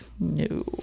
no